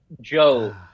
Joe